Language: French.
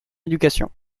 éducation